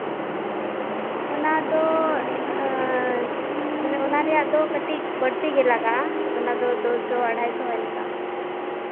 ᱚᱱᱟᱫᱚ ᱢᱟᱱᱮ ᱚᱱᱟ ᱨᱮᱭᱟᱜ ᱫᱚ ᱠᱟᱹᱴᱤᱡ ᱵᱟᱹᱲᱛᱤ ᱜᱮ ᱞᱟᱜᱟᱜᱼᱟ ᱚᱱᱟ ᱫᱩᱥᱚ ᱟᱲᱟᱭ ᱥᱚ ᱚᱱᱠᱟ